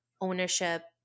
ownership